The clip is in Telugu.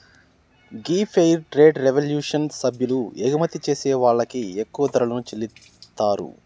గీ ఫెయిర్ ట్రేడ్ రెవల్యూషన్ సభ్యులు ఎగుమతి చేసే వాళ్ళకి ఎక్కువ ధరలను చెల్లితారు